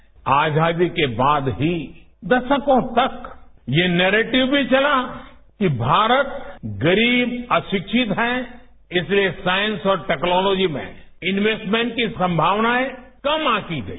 भाई और बहनों आजादी के बाद हीँ दशको तक ये नेरेटिव भी वला कि भारत गरीब अंशिक्षित हैं इसलिए सांइस और टैक्नोलॉजी में इनवेस्टमेंट की संमावनाएं कम आंकी गई